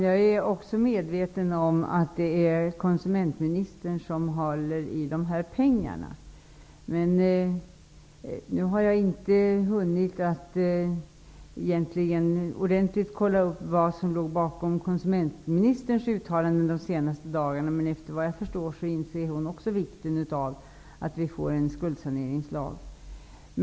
Fru talman! Jag är medveten om att det är konsumentministern som ansvarar för dessa pengar. Jag har nu inte hunnit att ordentligt kolla upp vad som ligger bakom de senaste dagarnas uttalanden av konsumentministern. Men vad jag förstår inser också hon vikten av att vi får en skuldsaneringslag.